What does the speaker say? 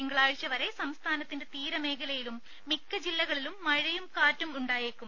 തിങ്കളാഴ്ചവരെ സംസ്ഥാനത്തിന്റെ തീരമേഖലയിലും മിക്ക ജില്ലകളിലും മഴയും കാറ്റും ഉണ്ടായേക്കും